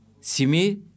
simi